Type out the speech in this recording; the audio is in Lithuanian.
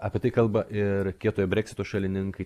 apie tai kalba ir kietojo breksito šalininkai